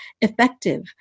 effective